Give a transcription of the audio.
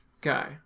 guy